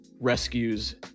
rescues